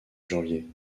janvier